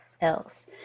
else